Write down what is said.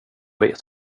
vet